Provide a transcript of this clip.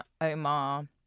Omar